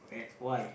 that's why